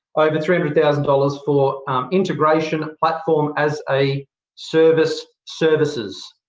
over three hundred thousand dollars for integration platform as a server's services.